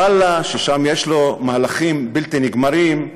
ו"וואלה", ששם יש לו מהלכים בלתי נגמרים,